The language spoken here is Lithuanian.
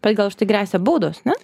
bet gal už tai gresia baudos ne